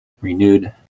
renewed